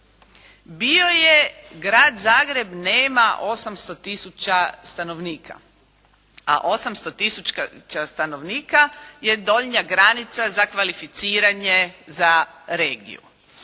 bio je Grad Zagreb nema 800 tisuća stanovnika, a 800 tisuća stanovnika je donja granica za kvalificiranje za regiju.